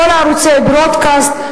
כל ערוצי ה-broadcast,